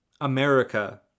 America